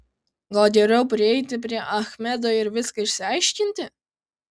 gal geriau prieiti prie achmedo ir viską išsiaiškinti